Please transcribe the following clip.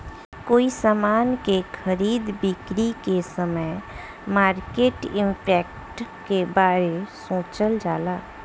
कोई समान के खरीद बिक्री के समय मार्केट इंपैक्ट के बारे सोचल जाला